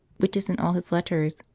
which is in all his letters,